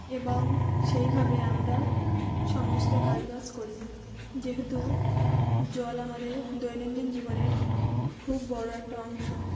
এবং সেইভাবে আমরা সমস্ত কাজ বাজ করি যেহেতু জল আমাদের দৈনন্দিন জীবনের খুব বড়ো একটা অংশ